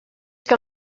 que